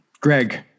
Greg